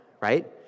right